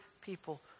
people